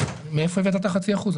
מאיפה לקחת את החצי אחוז?